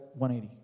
180